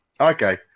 Okay